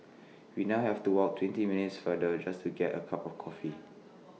we now have to walk twenty minutes further just to get A cup of coffee